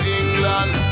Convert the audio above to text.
england